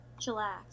chillax